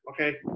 okay